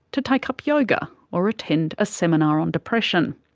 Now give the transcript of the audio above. to take up yoga, or attend a seminar on depression.